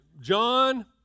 John